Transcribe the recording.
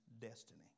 destiny